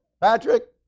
Patrick